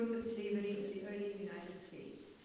slavery in the early united states.